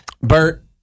Bert